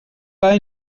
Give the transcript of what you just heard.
pas